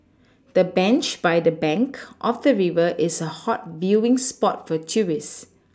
the bench by the bank of the river is a hot viewing spot for tourist